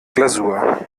glasur